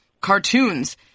cartoons